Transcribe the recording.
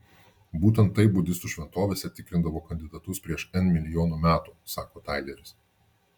būtent taip budistų šventovėse tikrindavo kandidatus prieš n milijonų metų sako taileris